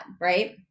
right